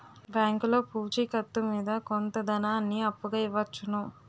బ్యాంకులో పూచి కత్తు మీద కొంత ధనాన్ని అప్పుగా ఇవ్వవచ్చు